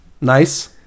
Nice